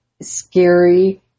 scary